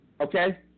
Okay